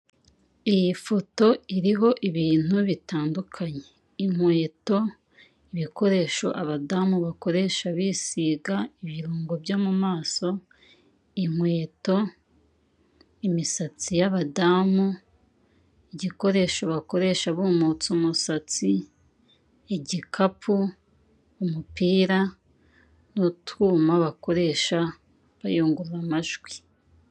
Iyi foto iriho ibintu bitandukanye; inkweto, ibikresho abadamu bakoresha bisiga ibirungo byo mumaso, inkweto, imisatsi y'abadamu, igikoresho bakoresha bumutsa imusatsi, igikapu, umupira, n'utwuma bakoresha bayungurura amajwi.